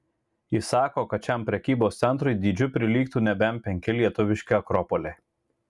jis sako kad šiam prekybos centrui dydžiu prilygtų nebent penki lietuviški akropoliai